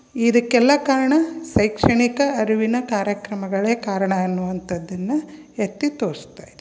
ಇದಕ್ಕೆಲ್ಲ ಕಾರಣ ಶೈಕ್ಷಣಿಕ ಅರಿವಿನ ಕಾರ್ಯಕ್ರಮಗಳೇ ಕಾರಣ ಅನ್ನುವಂಥದ್ದನ್ನು ಎತ್ತಿ ತೋರ್ಸ್ತಾ ಇದೆ